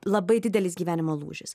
labai didelis gyvenimo lūžis